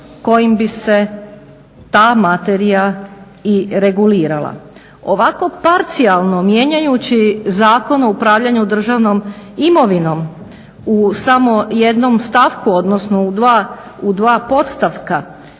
kojim bi se ta materija i regulirala. Ovako parcijalno mijenjajući Zakone o upravljanju državnom imovinom u samo jednom stavku odnosno u dva podstavka